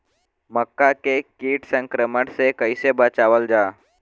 मक्का के कीट संक्रमण से कइसे बचावल जा?